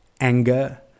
anger